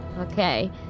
Okay